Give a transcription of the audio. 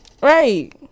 Right